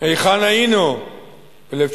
היכן היינו ב-1947,